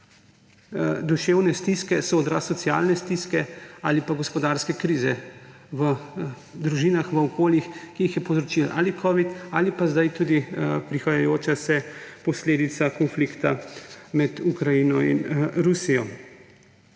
duševne stiske so odraz socialne stiske ali pa gospodarske krize v družinah, v okoljih, ki jih je povzročil ali covid ali pa zdaj tudi prihajajoča se posledica konflikta med Ukrajino in Rusijo.